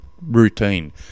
routine